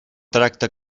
tracte